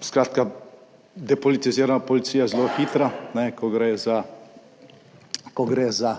skratka depolitizirana policija, zelo hitra, ko gre za, ko gre za